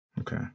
Okay